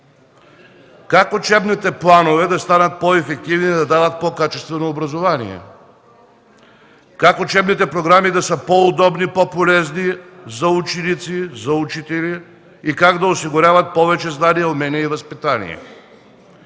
Как учебните планове да станат по-ефективни и да дават по-качествено образование? Как учебните програми да са по-удобни и по-полезни за ученици, за учители и как да осигуряват повече знания, умения и възпитание?